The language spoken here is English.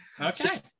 Okay